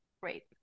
great